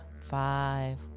five